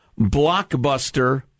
blockbuster